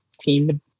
team